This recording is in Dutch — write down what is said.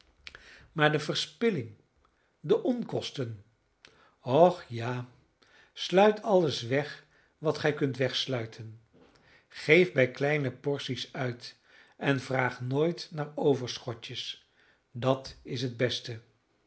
maar de verspilling de onkosten och ja sluit alles weg wat gij kunt wegsluiten geef bij kleine porties uit en vraag nooit naar overschotjes dat is het beste